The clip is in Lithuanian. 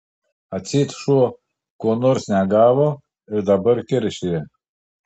atseit šuo ko nors negavo ir dabar keršija